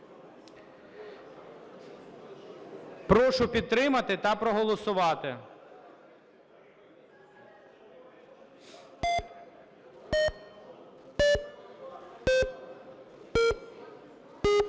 Прошу підтримати та проголосувати.